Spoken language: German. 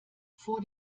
vor